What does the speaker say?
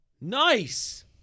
Nice